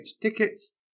tickets